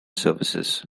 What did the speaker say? services